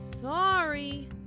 Sorry